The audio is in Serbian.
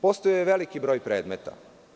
Postojao je veliki broj predmeta.